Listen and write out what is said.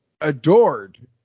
adored